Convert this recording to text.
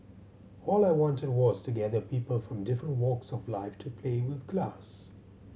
all I wanted was to gather people from different walks of life to play with glass